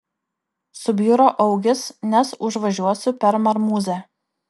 subjuro augis nes užvažiuosiu per marmuzę